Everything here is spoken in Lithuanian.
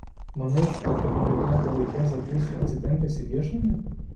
manai kad keturiolikmetį vaikėzą būsiu atsitempęs į viešnamį